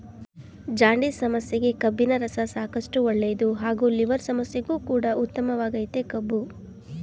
jaundice ಸಮಸ್ಯೆಗೆ ಕಬ್ಬಿನರಸ ಸಾಕಷ್ಟು ಒಳ್ಳೇದು ಹಾಗೂ ಲಿವರ್ ಸಮಸ್ಯೆಗು ಕೂಡ ಉತ್ತಮವಾಗಯ್ತೆ ಕಬ್ಬು